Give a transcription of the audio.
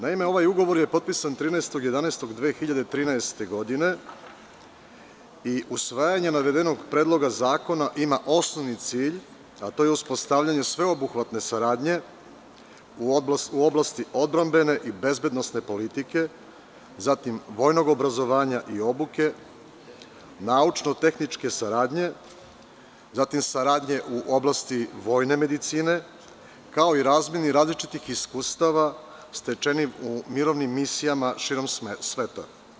Naime, ovaj ugovor je potpisan 13.11.2013. godine i usvajanje navedenog Predloga zakona ima za osnovni cilj uspostavljanje sveobuhvatne saradnje u oblasti odbrambene i bezbednosne politike, zatim vojnog obrazovanja i obuke, naučno-tehničke saradnje, saradnje u oblasti vojne medicine, kao i razmeni različitih iskustava stečenih u mirovnim misijama širom sveta.